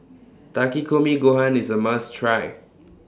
Takikomi Gohan IS A must Try